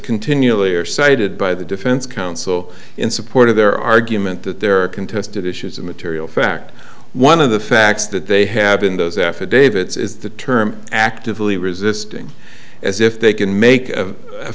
continually are cited by the defense counsel in support of their argument that there are contested issues of material fact one of the facts that they have in those affidavits is the term actively resisting as if they can make a